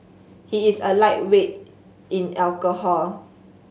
he is a lightweight in alcohol